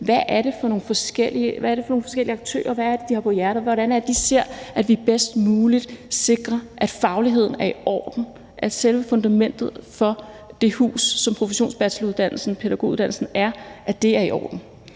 Hvad er det for nogle forskellige aktører? Hvad er det, de har på hjerte? Og hvordan er det, de ser, at vi bedst muligt sikrer, at fagligheden er i orden, og at selve fundamentet for det hus, som professionsbacheloren pædagoguddannelsen er, er i orden?